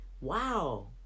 Wow